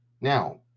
Now